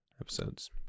Episodes